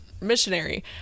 missionary